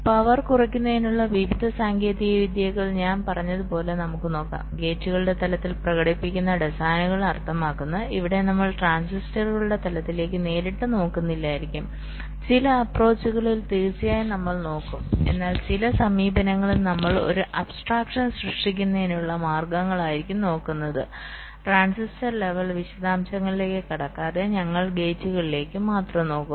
അതിനാൽപവർ കുറയ്ക്കുന്നതിനുള്ള വിവിധ സാങ്കേതിക വിദ്യകൾ ഞാൻ പറഞ്ഞതുപോലെ നമുക്ക് നോക്കാം ഗേറ്റുകളുടെ തലത്തിൽ പ്രകടിപ്പിക്കുന്ന ഡിസൈനുകൾ അർത്ഥമാക്കുന്നത് ഇവിടെ നമ്മൾ ട്രാൻസിസ്റ്ററുകളുടെ തലത്തിലേക്ക് നേരിട്ട് നോക്കുന്നില്ലായിരിക്കാം ചില അപ്പ്രോച്ച്കളിൽ തീർച്ചയായും നമ്മൾ നോക്കും എന്നാൽ ചില സമീപനങ്ങളിൽ നമ്മൾ ഒരു അബ്സ്ട്രാക്ഷൻ സൃഷ്ടിക്കുന്നതിനുള്ള മാർഗങ്ങളായിരിക്കും നോക്കുന്നത് ട്രാൻസിസ്റ്റർ ലെവൽവിശദാംശങ്ങളിലേക്ക് കടക്കാതെ ഞങ്ങൾ ഗേറ്റുകളിലേക്ക് മാത്രം നോക്കും